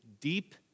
deep